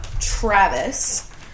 Travis